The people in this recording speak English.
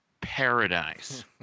paradise